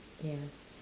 ya